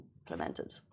implemented